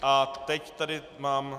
A teď tady mám...